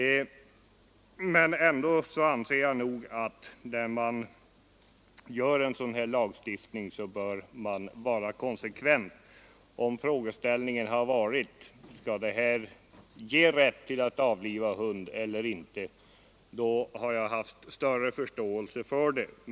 Jag anser att man vid sådan här lagstiftning bör vara konsekvent. Om frågeställningen hade gällt huruvida lagen skall ge rätt att avliva hund eller inte, då hade jag haft större förståelse för den.